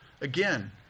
Again